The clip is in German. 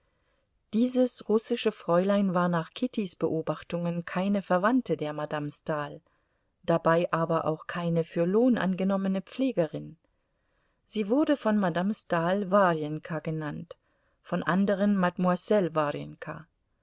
dieses russische fräulein war nach kittys beobachtungen keine verwandte der madame stahl dabei aber auch keine für lohn angenommene pflegerin sie wurde von madame stahl warjenka genannt von anderen mademoiselle